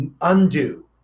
undo